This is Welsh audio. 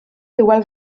hywel